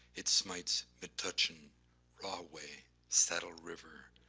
it smites metuchen, rahway, saddle river,